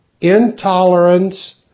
intolerance